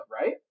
right